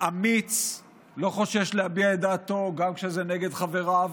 אמיץ, לא חושש להביע את דעתו גם כשזה נגד חבריו,